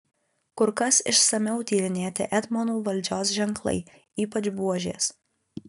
kur kas išsamiau tyrinėti etmonų valdžios ženklai ypač buožės